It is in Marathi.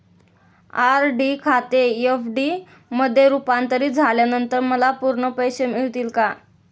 आर.डी खाते एफ.डी मध्ये रुपांतरित झाल्यानंतर मला पूर्ण पैसे मिळतील का?